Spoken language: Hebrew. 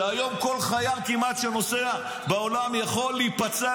שהיום כל חייל כמעט שנוסע בעולם יכול להיפצע